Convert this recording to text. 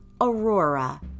Aurora